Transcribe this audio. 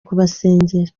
kubasengera